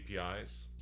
APIs